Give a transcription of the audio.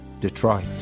Detroit